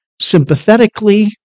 sympathetically